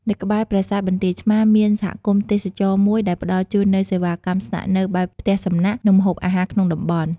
នៅក្បែរប្រាសាទបន្ទាយឆ្មារ មាន សហគមន៍ទេសចរណ៍ មួយដែលផ្តល់ជូននូវសេវាកម្មស្នាក់នៅបែបផ្ទះសំណាក់ និងម្ហូបអាហារក្នុងតំបន់។